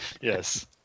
Yes